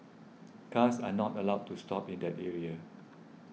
cars are not allowed to stop in that area